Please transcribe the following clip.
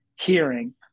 hearing